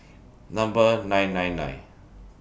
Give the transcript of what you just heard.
Number nine nine nine